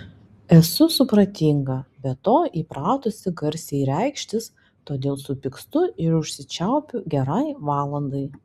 esu supratinga be to įpratusi garsiai reikštis todėl supykstu ir užsičiaupiu gerai valandai